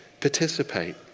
Participate